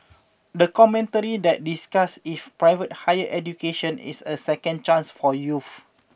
the commentary that discussed if private higher education is a second chance for youth